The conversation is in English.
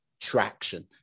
traction